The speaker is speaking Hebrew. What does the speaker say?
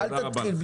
אל תתחיל.